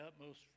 Utmost